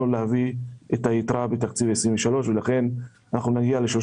להביא את היתרה בתקציב 2023 ולכן אנחנו נגיע ל-3